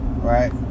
Right